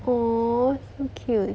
oh so cute